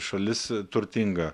šalis turtinga